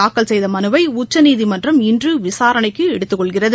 தாக்கல் செய்த மனுவை உச்சநீதிமன்றம் இன்று விசாரணைக்கு எடுத்துக் கொள்கிறது